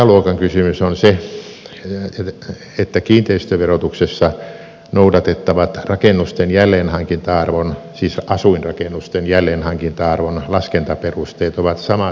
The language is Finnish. megaluokan kysymys on se että kiinteistöverotuksessa noudatettavan rakennusten jälleenhankinta arvon siis asuinrakennusten jälleenhankinta arvon laskentaperusteet ovat samat koko maassa